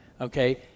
Okay